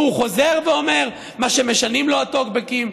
והוא חוזר ואומר מה שמשנים לו הטוקבקים.